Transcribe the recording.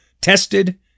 tested